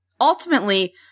Ultimately